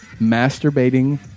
masturbating